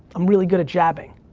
i'm really good at jabbing.